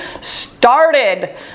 started